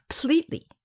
completely